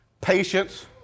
patience